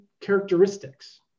characteristics